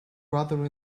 brother